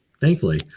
thankfully